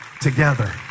together